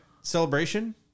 Celebration